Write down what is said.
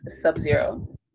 sub-zero